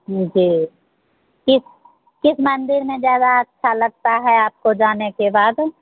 जी किस किस मंदिर में ज्यादा अच्छा लगता है आपको जाने के बाद